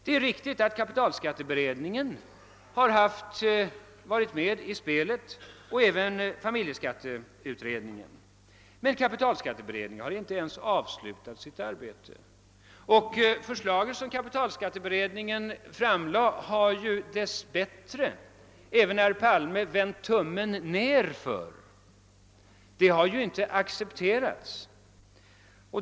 Det är riktigt att kapitalskatteberedningen och även familjeskatteutredningen har varit med i spelet, men kapitalskatteberedningen har inte ens avslutat sitt arbete. Vad det förslag gäller, som kapitalskatteberedningen framlagt, har dess bättre även herr Palme vänt tummen ned. Det har inte accepterats.